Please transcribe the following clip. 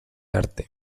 arte